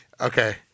okay